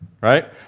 right